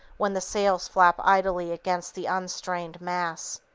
when the sails flap idly against the unstrained masts.